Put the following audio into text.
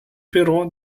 però